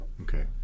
Okay